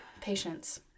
patience